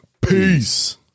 Peace